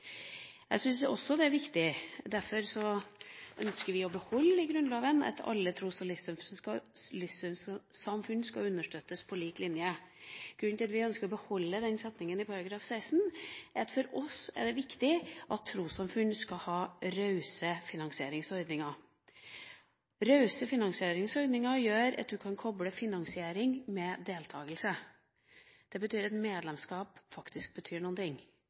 Jeg syns også det er viktig – derfor ønsker vi å beholde det i Grunnloven – at alle tros- og livssynssamfunn skal understøttes på lik linje. Grunnen til at vi ønsker å beholde den setningen i § 16, er at for oss er det viktig at trossamfunn skal ha rause finansieringsordninger. Rause finansieringsordninger gjør at du kan koble finansiering med deltakelse. Det betyr at medlemskap faktisk betyr